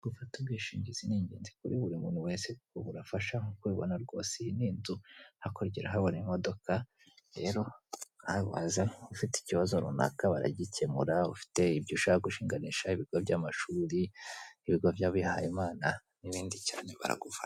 Gufata ubwishingizi ni ingenzi kuri buri muntu wese kuko birafasha cyane nkuko ubibona rwose iyi ni inzu hakurya urahabone imodoka, rero nkawe waza ufite ikibazo runaka baragikemura, ufite ibyo ushaka gushinganisha ibigo by'amashuri, n'ibigo by'abihayimana n'ibindi cyane baraguha.